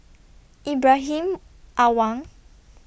Ibrahim Awang